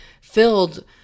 filled